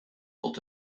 tot